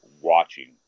watching